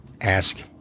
ask